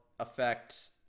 affect